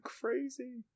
crazy